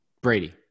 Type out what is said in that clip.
Brady